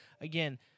again